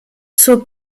suo